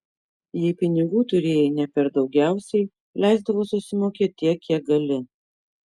jei pinigų turėjai ne per daugiausiai leisdavo susimokėt tiek kiek gali